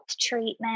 treatment